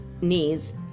knees